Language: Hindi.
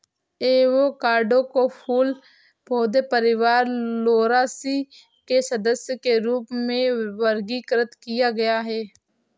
एवोकाडो को फूल पौधे परिवार लौरासी के सदस्य के रूप में वर्गीकृत किया गया है